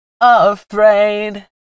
afraid